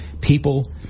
people